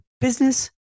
business